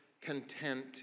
content